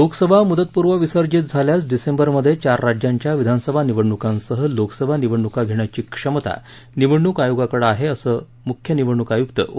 लोकसभा मुदतपूर्व विसर्जित झाल्यास डिसेंबरमध्ये चार राज्यांच्या विधानसभा निवडणुकांसह लोकसभा निवडणुका घेण्याची क्षमता निवडणूक आयोगाकडे आहे असं मुख्य निवडणूक आयुक्त ओ